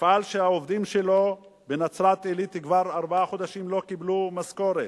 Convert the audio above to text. מפעל שהעובדים שלו בנצרת-עילית כבר ארבעה חודשים לא קיבלו משכורת.